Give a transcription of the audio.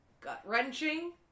gut-wrenching